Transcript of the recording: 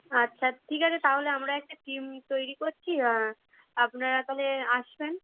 আচ্ছা ঠিক আছে তাহলে আমরা একটা টিম তৈরি করছি আপনারা তালে আসবেন